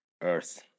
Earth